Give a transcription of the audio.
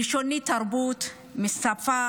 בגלל השוני בתרבות ובשפה